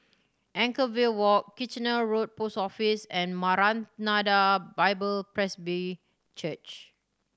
Anchorvale Walk Kitchener Road Post Office and Maranatha Bible Presby Church